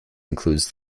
includes